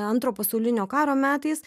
antro pasaulinio karo metais